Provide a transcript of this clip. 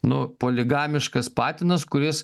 nu poligamiškas patinas kuris